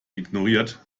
ignoriert